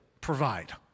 provide